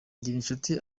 ngirinshuti